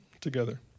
together